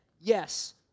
yes